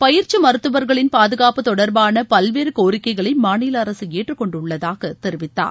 பயிற்சி மருத்துவர்களின் பாதுகாப்பு தொடர்பாள பல்வேறு கோரிக்கைகளை மாநில அரசு ஏற்றுக்கொண்டுள்ளதாக தெரிவித்தார்